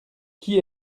qui